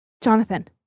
Jonathan